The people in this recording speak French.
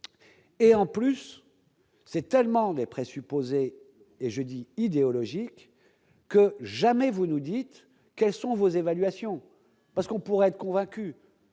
et en plus c'est tellement des présupposés et jeudi idéologique que jamais, vous nous dites : quelles sont vos évaluations parce qu'on pourrait être convaincu.